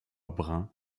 brun